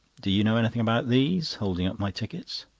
do you know anything about these? holding up my tickets.